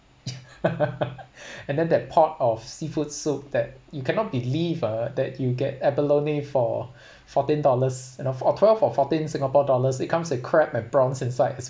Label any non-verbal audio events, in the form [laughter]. [laughs] and then that pot of seafood soup that you cannot believe ah that you get abalone for fourteen dollars and on top of fourteen singapore dollars it comes with crab and prawns inside